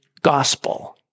gospel